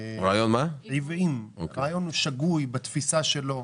רעיון שגוי בתפיסה שלו,